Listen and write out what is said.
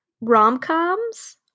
rom-coms